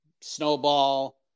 snowball